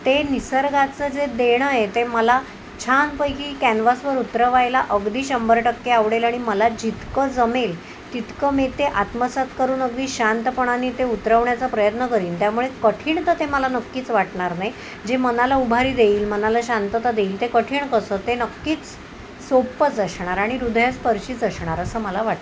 ते निसर्गाचं जे देणं आहे ते मला छानपैकी कॅनव्हासवर उतरवायला अगदी शंभर टक्के आवडेल आणि मला जितकं जमेल तितकं मी ते आत्मसात करून अगदी शांतपणाने ते उतरवण्याचा प्रयत्न करीन त्यामुळे कठीण तं ते मला नक्कीच वाटणार नाई जे मनाला उभारी देईल मनाला शांतता देईल ते कठीण कसं ते नक्कीच सोप्पंच असणार आणि हृदयस्पर्शी असणार असं मला वाटतं